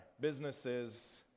businesses